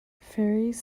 ferries